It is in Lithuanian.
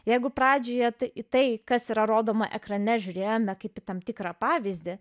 jeigu pradžioje į tai kas yra rodoma ekrane žiūrėjome kaip į tam tikrą pavyzdį